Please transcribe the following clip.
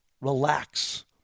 relax